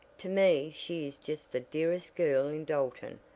to me she is just the dearest girl in dalton,